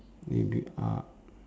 maybe uh